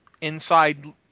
inside